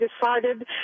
decided